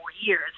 years